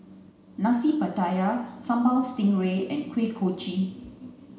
nasi pattaya sambal stingray and kuih kochi